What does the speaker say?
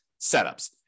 setups